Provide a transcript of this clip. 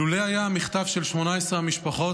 "לולא היה המכתב של 18 המשפחות,